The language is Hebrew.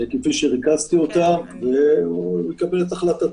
כפי שריכזתי אותם, והוא יקבל את החלטתו בנושא הזה.